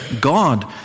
God